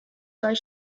eine